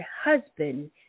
husband